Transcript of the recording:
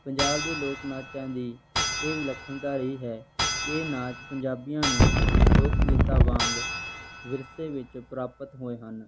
ਪੰਜਾਬ ਦੇ ਲੋਕ ਨਾਚਾਂ ਦੀ ਇਹ ਵਿਲੱਖਣਤਾ ਰਹੀ ਹੈ ਇਹ ਨਾਚ ਪੰਜਾਬੀਆਂ ਨੂੰ ਲੋਕ ਗੀਤਾ ਵਾਂਗ ਵਿਰਸੇ ਵਿੱਚ ਪ੍ਰਾਪਤ ਹੋਏ ਹਨ